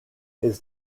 his